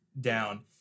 down